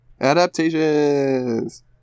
adaptations